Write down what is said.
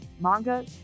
manga